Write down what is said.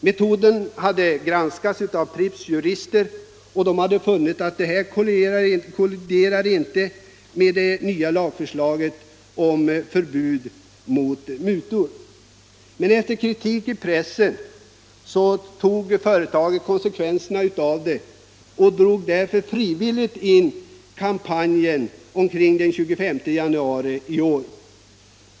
Metoden hade granskats av Pripps jurister, som funnit att detta inte kolliderade med det nya lagförslaget om förbud mot mutor. Efter kritik i pressen tog företaget konsekvenserna och drog frivilligt in kampanjen omkring den 25 januari i år.